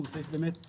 הוא באמת חריג.